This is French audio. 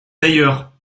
d’ailleurs